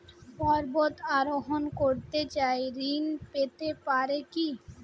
পর্বত আরোহণ করতে চাই ঋণ পেতে পারে কি?